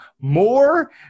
more